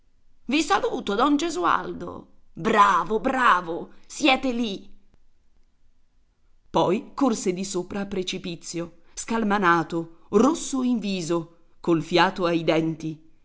i saluto don gesualdo bravo bravo siete lì poi corse di sopra a precipizio scalmanato rosso in viso col fiato ai denti